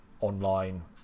online